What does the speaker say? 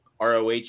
ROH